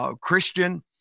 Christian